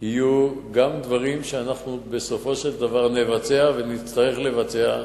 יהיו גם דברים שאנחנו בסופו של דבר נבצע ונצטרך לבצע,